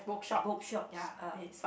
bookshops ah